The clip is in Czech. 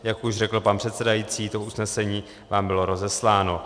Jak už řekl pan předsedající, to usnesení vám bylo rozesláno.